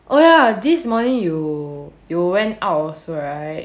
oh ya this morning you you went also right